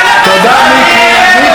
תודה, מיקי.